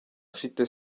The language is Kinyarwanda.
ufite